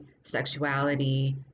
sexuality